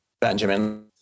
Benjamin